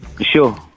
Sure